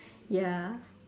ya